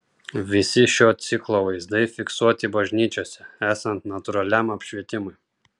visi šio ciklo vaizdai fiksuoti bažnyčiose esant natūraliam apšvietimui